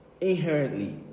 inherently